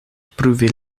pruvi